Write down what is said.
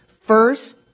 First